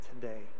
today